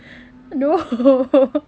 no